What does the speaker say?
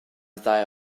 ddau